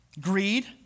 Greed